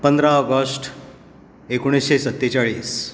पंदरा ऑगस्ट एकुणशें सत्तेचाळीस